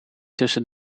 tussen